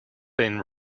been